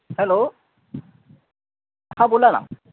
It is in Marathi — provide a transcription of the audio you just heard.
हॅलो हां बोला ना